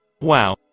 Wow